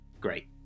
Great